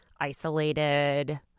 isolated